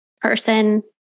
person